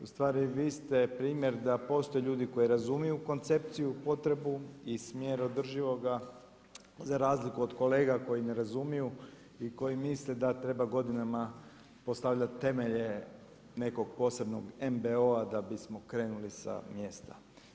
Ustvari vi ste primjer da postoje ljudi koji razumiju koncepciju, potrebu i smjer održivoga za razliku od kolega koji ne razumiju i koji misle da treba godinama postavljati temelje nekog posebnog MBO-a da bismo krenuli sa mjesta.